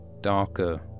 darker